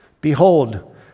Behold